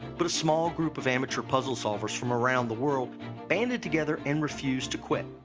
but a small group of amateur puzzle solvers from around the world banded together and refused to quit.